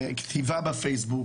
כתיבה בפייסבוק,